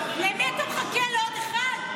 למי אתה מחכה, לעוד אחד?